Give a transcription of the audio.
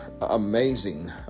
amazing